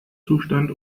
zustand